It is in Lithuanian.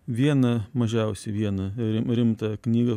vieną mažiausiai vieną rim rimtą knygą